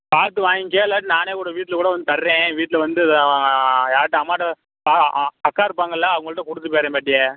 பார்த்து வாய்ங்கிக்க இல்லாட்டி நானே கூட வீட்டில் கூட வந்து தர்றேன் வீட்டில் வந்து யார்கிட்ட அம்மாகிட்ட அ அக்கா இருப்பாங்கள்லை அவுங்கள்ட்ட கொடுத்துட்டுப் போய்றேன் பாட்டி